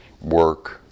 work